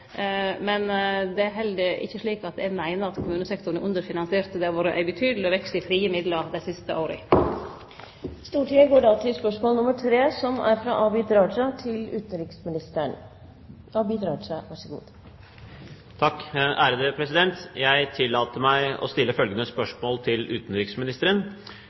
men det er heller ikkje slik at eg meiner at kommunesektoren er underfinansiert. Det har vore ein betydeleg vekst i frie midlar dei siste åra. Jeg tillater meg å stille følgende spørsmål til utenriksministeren: «Nylig møtte Tibets åndelige leder Dalai Lama den amerikanske presidenten Barack Obama i Washington, D.C. til sterke protester fra kinesiske myndigheter. På hvilken måte bidrar norske myndigheter til